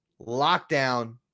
lockdown